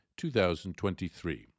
2023